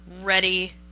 ready